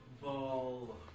ball